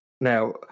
now